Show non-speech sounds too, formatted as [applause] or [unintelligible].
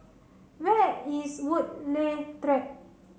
where is Woodleigh [unintelligible]